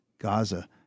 Gaza